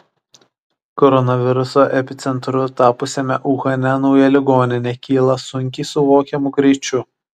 koronaviruso epicentru tapusiame uhane nauja ligoninė kyla sunkiai suvokiamu greičiu